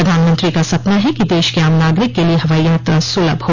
प्रधानमंत्री का सपना है कि देश के आम नागरिक के लिए हवाई यात्रा सुलभ हो